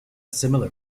similar